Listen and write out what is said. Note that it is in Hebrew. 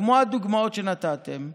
כמו הדוגמאות שנתתם בחינוך,